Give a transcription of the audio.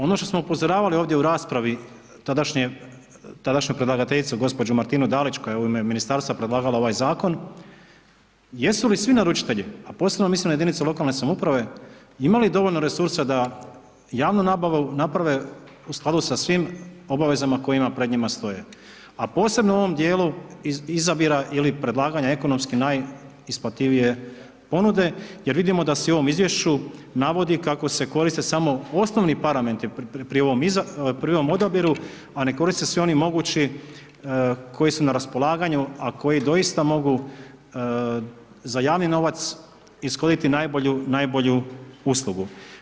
Ono što smo upozoravali ovdje u raspravi tadašnje, tadašnje predlagateljicu gospođu Martinu Dalić koja je u ime ministarstva predlagala ovaj zakon, jesu li svi naručitelji, a posebno mislim na jedinice lokalne samouprave imali dovoljno resursa da javnu nabavu naprave u skladu sa svim obavezama koje pred njima stoje, a posebno u ovom dijelu izabira ili predlaganja ekonomski najisplativije ponude jer vidimo da se i u ovom izvješću navodi kako se koriste samo osnovni parametri pri ovom odabiru, a ne koriste se i oni mogući koji su na raspolaganju, a koji doista mogu za javni novac ishoditi najbolju, najbolju uslugu.